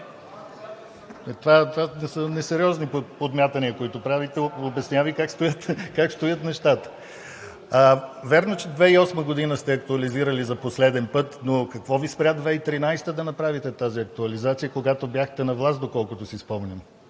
Това са несериозни подмятания, които правите. Обяснявам Ви как стоят нещата. Вярно е, че 2008 г. сте актуализирали за последен път, но какво Ви спря 2013 г. да направите тази актуализация, когато бяхте на власт, доколкото си спомням?